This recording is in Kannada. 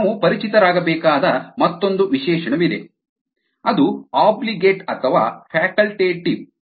ನಾವು ಪರಿಚಿತರಾಗಬೇಕಾದ ಮತ್ತೊಂದು ವಿಶೇಷಣವಿದೆ ಅದು ಆಬ್ಲಿಗೇಟ್ ಅಥವಾ ಫ್ಯಾಕಲ್ಟೇಟಿವ್